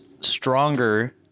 stronger